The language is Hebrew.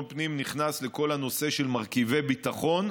הפנים נכנס לכל הנושא של מרכיבי ביטחון,